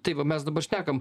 tai va mes dabar šnekam